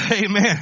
Amen